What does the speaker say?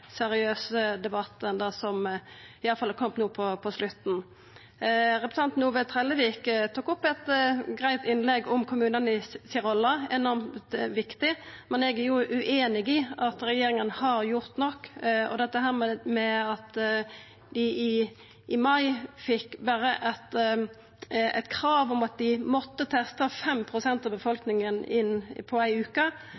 seriøs debatt enn det som iallfall har kome no på slutten. Representanten Ove Trellevik hadde eit greitt innlegg om rolla til kommunane – enormt viktig. Men eg er ueinig i at regjeringa har gjort nok, med tanke på dette med at i mai fekk kommunane berre eit krav om at dei måtte testa 5 pst. av